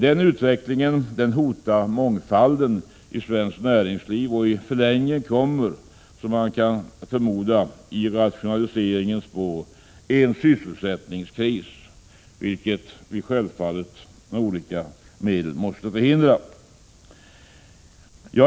Den utvecklingen hotar mångfalden i svenskt näringsliv och i förlängningen kommer, som man kan förmoda, i rationaliseringens spår en sysselsättningskris, vilket vi med olika medel måste förhindra.